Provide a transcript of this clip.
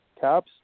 Caps